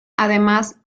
además